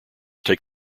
take